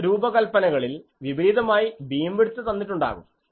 ചില രൂപകല്പനകളിൽ വിപരീതമായി ബീംവിഡ്ത് തന്നിട്ടുണ്ടാകും